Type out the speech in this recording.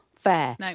Fair